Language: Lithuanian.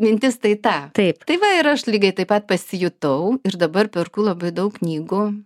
mintis tai ta tai va ir aš lygiai taip pat pasijutau ir dabar perku labai daug knygų